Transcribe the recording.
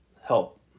help